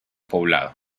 poblado